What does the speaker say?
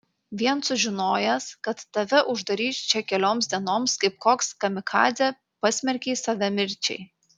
vien sužinojęs kad tave uždarys čia kelioms dienoms kaip koks kamikadzė pasmerkei save mirčiai